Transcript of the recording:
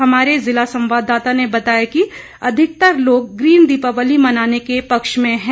हमारे ज़िला संवाददाता ने बताया कि अधिकतर लोग ग्रीन दीपावली मनाने के पक्ष में हैं